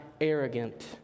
arrogant